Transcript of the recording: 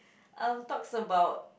uh talks about